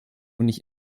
nicht